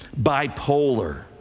bipolar